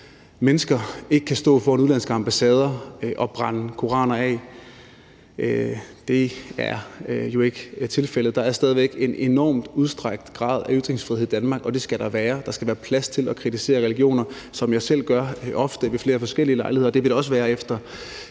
mennesker ikke kan stå foran udenlandske ambassader og brænde koraner af. Det er jo ikke tilfældet. Der er stadig væk en udstrakt grad af ytringsfrihed i Danmark, og det skal der være. Der skal være plads til at kritisere religioner, som jeg ofte selv gør ved flere forskellige lejligheder, og det vil der også være efter